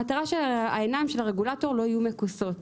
שהעיניים של הרגולטור לא יהיו מכוסות.